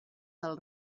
del